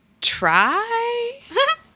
try